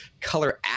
color